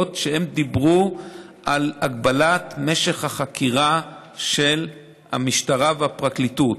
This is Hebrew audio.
שדיברו על הגבלת משך החקירה של המשטרה והפרקליטות,